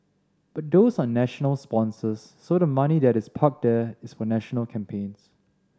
but those are national sponsors so the money that is parked there is for national campaigns